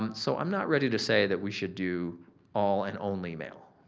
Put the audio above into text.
um so, i'm not ready to say that we should do all and only mail.